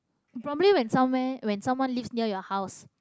probably when somewhere when someone live near your house